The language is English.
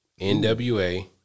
NWA